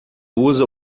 usa